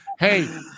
Hey